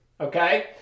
Okay